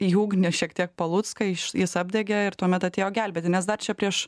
į ugnį šiek tiek palucką jiš jis apdegė ir tuomet atėjo gelbėti nes dar čia prieš